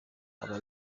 aba